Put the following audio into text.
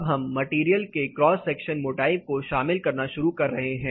अब हम मटेरियल के क्रॉस सेक्शनल मोटाई को शामिल करना शुरू कर रहे हैं